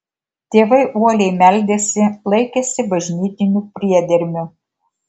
tėvai uoliai meldėsi laikėsi bažnytinių priedermių